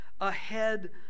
ahead